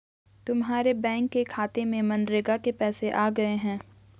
तुम्हारे बैंक के खाते में मनरेगा के पैसे आ गए हैं